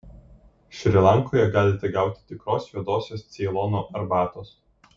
šri lankoje galite gauti tikros juodosios ceilono arbatos